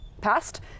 passed